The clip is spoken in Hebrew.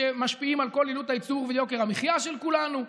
שמשפיעים על כל עלות הייצור ויוקר המחיה של כולנו.